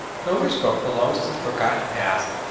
homer's book belongs to the forgotten past,